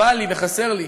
חבל לי וחסר לי